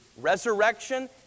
resurrection